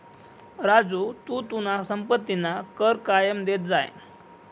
राजू तू तुना संपत्तीना कर कायम देत जाय